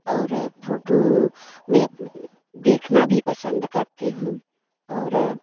और फोटो मैं अप देखना भी पसंद करती हूँ और